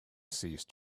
ceased